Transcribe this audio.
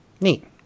Neat